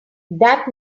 that